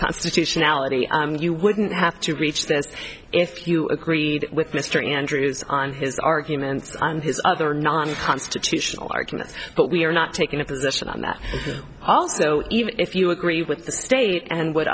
constitutionality you wouldn't have to reach them if you agreed with mr andrews on his arguments and his other non constitutional arguments but we are not taking a position on that also even if you agree with the state and would